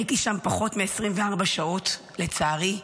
הייתי שם פחות מ-24 שעות, לצערי,